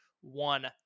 one